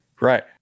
Right